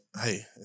hey